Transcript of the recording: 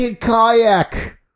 Kayak